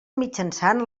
mitjançant